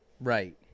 Right